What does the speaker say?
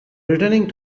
returning